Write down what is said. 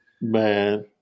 man